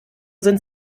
sind